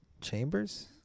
chambers